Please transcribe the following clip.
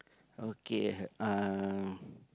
okay uh